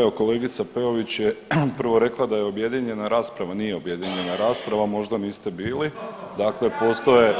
Evo kolegica Peović je prvo rekla da je objedinjena rasprava, nije objedinjena rasprava, možda niste bili, dakle postoje,